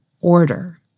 order